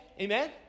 Amen